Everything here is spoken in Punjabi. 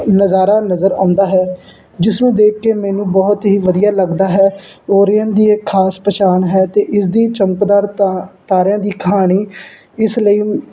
ਨਜ਼ਾਰਾ ਨਜ਼ਰ ਆਉਂਦਾ ਹੈ ਜਿਸ ਨੂੰ ਦੇਖ ਕੇ ਮੈਨੂੰ ਬਹੁਤ ਹੀ ਵਧੀਆ ਲੱਗਦਾ ਹੈ ਓਰੀਐਨ ਦੀ ਇਹ ਖਾਸ ਪਛਾਣ ਹੈ ਅਤੇ ਇਸ ਦੀ ਚਮਕਦਾਰ ਤਾਂ ਤਾਰਿਆਂ ਦੀ ਕਹਾਣੀ ਇਸ ਲਈ